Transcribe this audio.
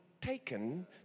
taken